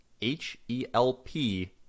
H-E-L-P